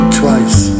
twice